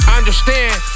understand